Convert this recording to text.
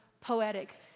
poetic